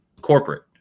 corporate